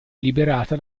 liberata